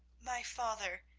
my father,